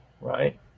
right